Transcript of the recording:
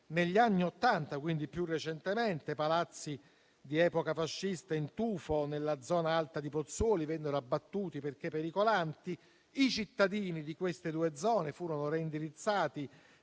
Negli anni Ottanta, quindi più recentemente, palazzi di epoca fascista in tufo, nella zona alta di Pozzuoli, vennero abbattuti perché pericolanti; i cittadini di queste due zone furono reindirizzati